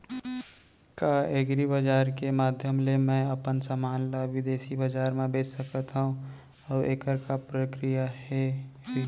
का एग्रीबजार के माधयम ले मैं अपन समान ला बिदेसी बजार मा बेच सकत हव अऊ एखर का प्रक्रिया होही?